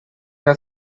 your